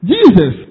Jesus